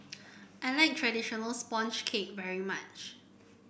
I like traditional sponge cake very much